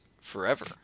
forever